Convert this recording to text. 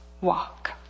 walk